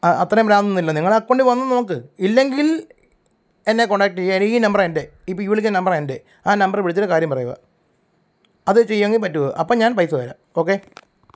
ആ അത്തരം ഭ്രാന്തൊന്നുമില്ല നിങ്ങളുടെ അക്കൗണ്ടിൽ വന്നാൽ നോക്ക് ഇല്ലെങ്കിൽ എന്നെ കോണ്ടാക്ട് ചെയ്യുകയോ ഈ നമ്പറാണ് എൻ്റെ ഇപ്പോൾ ഈ വിളിക്കുന്ന നമ്പറാണ് എൻ്റെ ആ നമ്പറിൽ വിളിച്ചിട്ട് കാര്യം പറയുക അത് ചെയ്യാനെങ്കിലും പറ്റുമോ അപ്പോൾ ഞാൻ പൈസ തരാം ഓക്കേ